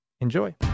Enjoy